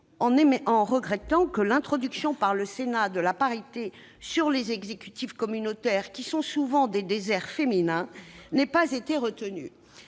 en regrettant que l'introduction par le Sénat de la parité dans les exécutifs communautaires, qui sont souvent des déserts féminins, n'ait pas été retenue.